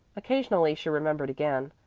occasionally she remembered again,